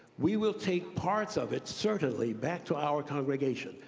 we will take parts of it certainly back to our congregation,